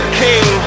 king